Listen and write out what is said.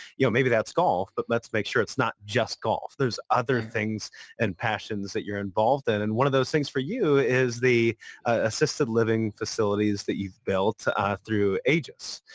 you know maybe that's golf. but let's make sure it's not just golf. there's other things and passions that you're involved in. and one of those things for you is the assisted living facilities that you've built ah through aegis.